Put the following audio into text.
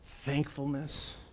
thankfulness